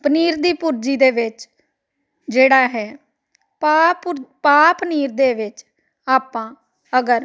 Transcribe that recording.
ਪਨੀਰ ਦੀ ਭੁਰਜੀ ਦੇ ਵਿੱਚ ਜਿਹੜਾ ਹੈ ਪਾ ਭੁਰ ਪਾ ਪਨੀਰ ਦੇ ਵਿੱਚ ਆਪਾਂ ਅਗਰ